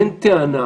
בין טענה